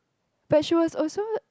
but she was also